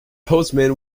postman